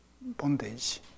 bondage